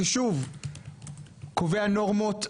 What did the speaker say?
ששוב קובע נורמות,